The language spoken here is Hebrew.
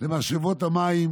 למשאבות המים